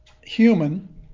human